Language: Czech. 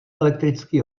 elektrický